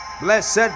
Blessed